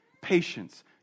patience